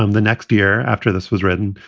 um the next year, after this was written,